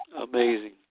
Amazing